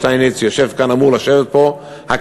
שאמור לשבת ליד יובל שטייניץ,